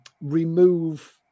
remove